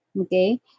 Okay